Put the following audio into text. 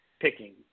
picking